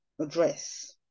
address